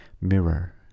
mirror